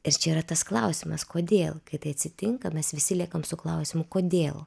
ir čia yra tas klausimas kodėl kai tai atsitinka mes visi liekam su klausimu kodėl